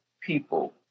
people